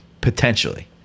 potentially